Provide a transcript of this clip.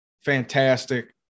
fantastic